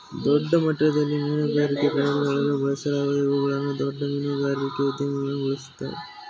ದೊಡ್ಡಮಟ್ಟದಲ್ಲಿ ಮೀನುಗಾರಿಕೆಗೆ ಟ್ರಾಲರ್ಗಳನ್ನು ಬಳಸಲಾಗುತ್ತದೆ ಇವುಗಳನ್ನು ದೊಡ್ಡ ಮೀನುಗಾರಿಕೆಯ ಉದ್ಯಮಿಗಳು ಬಳ್ಸತ್ತರೆ